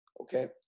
Okay